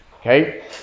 okay